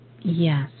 Yes